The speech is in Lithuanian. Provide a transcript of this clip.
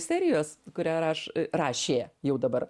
serijos kurią aš rašė jau dabar